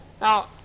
Now